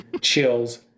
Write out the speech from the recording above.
chills